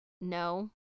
No